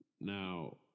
Now